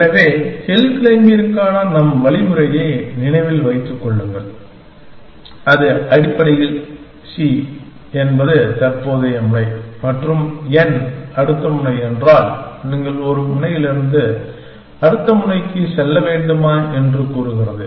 எனவே ஹில் க்ளைம்பிங்கிற்கான நம் வழிமுறையை நினைவில் வைத்துக் கொள்ளுங்கள் அது அடிப்படையில் c என்பது தற்போதைய முனை மற்றும் N அடுத்த முனை என்றால் நீங்கள் ஒரு முனையிலிருந்து அடுத்த முனைக்கு செல்ல வேண்டுமா என்று கூறுகிறது